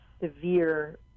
severe